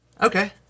okay